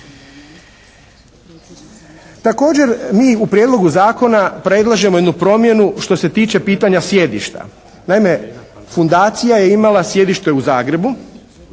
Također mi u prijedlogu zakona predlažemo jednu promjenu što se tiče pitanja sjedišta. Naime, fundacija je imala sjedište u Zagrebu.